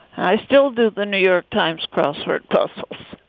i still do. the new york times crossword puzzle